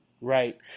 right